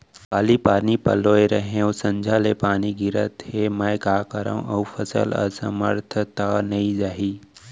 काली पानी पलोय रहेंव, संझा ले पानी गिरत हे, मैं का करंव अऊ फसल असमर्थ त नई जाही?